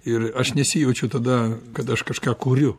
ir aš nesijaučiu tada kad aš kažką kuriu